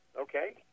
Okay